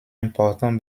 important